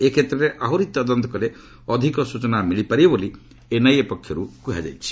ଏ କ୍ଷେତ୍ରରେ ଆହୁରି ତଦନ୍ତ କଲେ ଅଧିକ ସ୍ଚଚନା ମିଳିପାରିବ ବୋଲି ଏନ୍ଆଇଏ ପକ୍ଷରୁ କୁହାଯାଇଛି